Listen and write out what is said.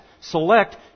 select